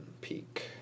Peak